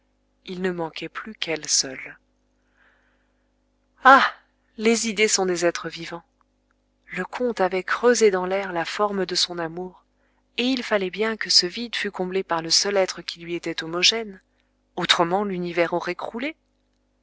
il ne manquait plus qu'elle seule ah les idées sont des êtres vivants le comte avait creusé dans l'air la forme de son amour et il fallait bien que ce vide fût comblé par le seul être qui lui était homogène autrement l'univers aurait croulé